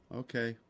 okay